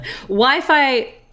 Wi-Fi